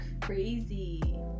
crazy